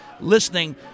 listening